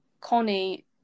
Connie